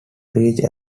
reach